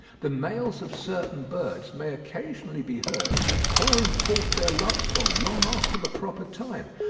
the males of certain birds may occasionally be heard pouring forth their love-song long after the proper time,